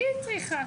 היא צריכה,